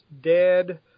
dead